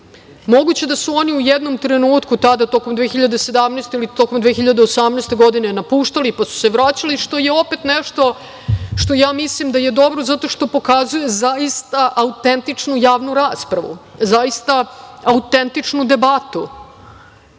Moguće je da su u jednom trenutku, tada tokom 2017. ili tokom 2018. godine napuštali, pa su se vraćali, što je opet nešto što je dobro, jer pokazuje zaista autentičnu javnu raspravu, zaista autentičnu debatu